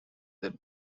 that